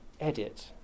edit